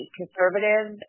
conservative